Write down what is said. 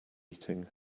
eating